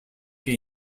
que